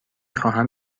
خواهم